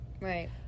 Right